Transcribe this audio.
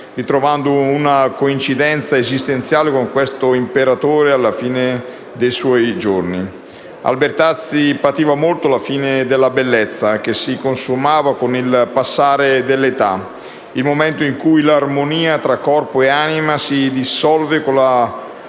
ritrovando una coincidenza esistenziale con quell'imperatore alla fine dei suoi giorni. Albertazzi pativa molto la fine della bellezza che si consumava col passare dell'età, il momento in cui l'armonia tra corpo e anima si dissolve con la